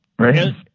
Right